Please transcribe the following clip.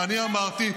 -- ואני אמרתי,